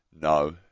No